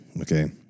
Okay